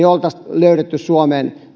oltaisiin löydetty suomeen